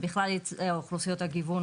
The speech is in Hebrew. ובכלל אוכלוסיות הגיוון,